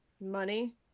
Money